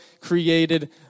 created